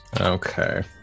okay